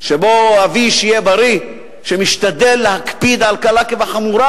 שבו אבי, שיהיה בריא, משתדל להקפיד על קלה כחמורה,